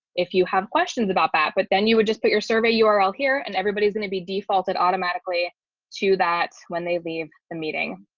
if you have questions about that, but then you would just put your survey url here and everybody's going to be defaulted automatically to that when they leave the meeting.